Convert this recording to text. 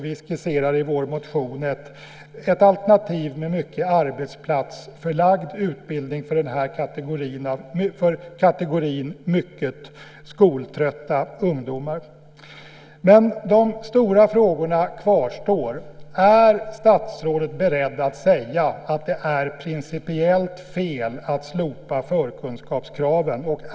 Vi skisserar i vår motion ett alternativ med mycket arbetsplatsförlagd utbildning för kategorin mycket skoltrötta ungdomar. De stora frågorna kvarstår. Är statsrådet beredd att säga att det är principiellt fel att slopa förkunskapskraven?